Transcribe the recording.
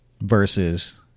versus